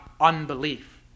unbelief